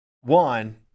one